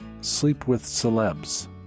sleepwithcelebs